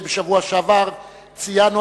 בשבוע שעבר ציינו,